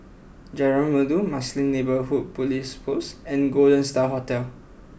Jalan Merdu Marsiling Neighbourhood Police Post and Golden Star Hotel